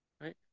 Right